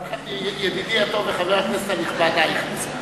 ידידי הטוב וחבר הכנסת הנכבד אייכלר,